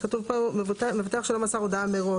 כתוב פה 'מבטח שלא מסר הודעה מראש',